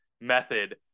method